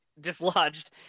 dislodged